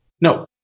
No